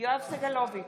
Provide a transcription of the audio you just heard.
יואב סגלוביץ'